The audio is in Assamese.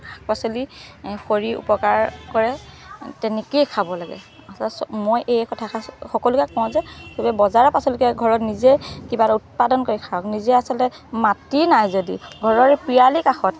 শাক পাচলি শৰীৰ উপকাৰ কৰে তেনেকেই খাব লাগে আচলতে মই এই কথাষাৰ সকলোকে কওঁ যে বজাৰৰ পাচলিতকৈ ঘৰত নিজেই কিবা এটা উৎপাদন কৰি খাওক নিজে আচলতে মাটি নাই যদি ঘৰৰে পিৰালিৰ কাষত